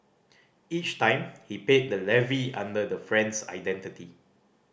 each time he paid the levy under the friend's identity